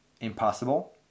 impossible